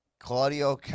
Claudio